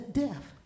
death